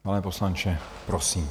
Pane poslanče, prosím.